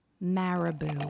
marabou